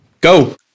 go